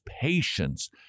patience